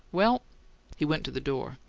well he went to the door.